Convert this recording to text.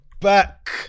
back